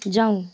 जाऊ